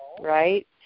right